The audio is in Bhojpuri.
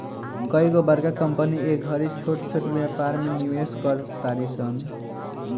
कइगो बड़का कंपनी ए घड़ी छोट छोट व्यापार में निवेश कर तारी सन